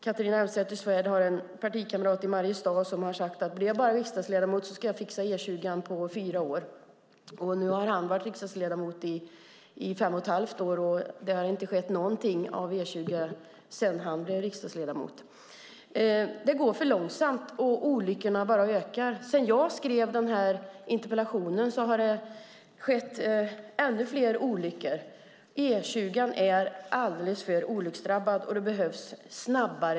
Catharina Elmsäter-Svärd har en partikamrat i Mariestad som har sagt: Blir jag bara riksdagsledamot ska jag fixa E20 på fyra år. Nu har han varit riksdagsledamot i fem och ett halvt år, och det har inte skett någonting när det gäller E20 sedan han blev riksdagsledamot. Det går för långsamt, och antalet olyckor bara ökar. Sedan jag skrev den här interpellationen har det skett ännu fler olyckor.